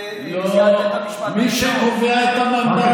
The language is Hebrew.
מי שקובע את המנדט